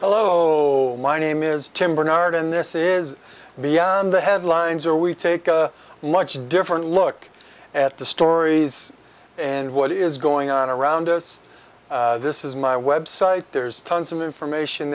hello my name is tim bernard and this is beyond the headlines or we take a much different look at the stories and what is going on around us this is my web site there's tons of information